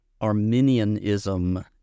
Arminianism